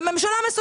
אם זה רואה חשבון,